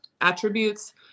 attributes